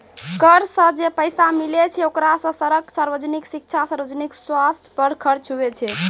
कर सं जे पैसा मिलै छै ओकरा सं सड़क, सार्वजनिक शिक्षा, सार्वजनिक सवस्थ पर खर्च हुवै छै